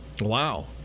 Wow